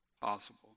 possible